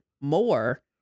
more